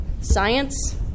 science